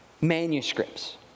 manuscripts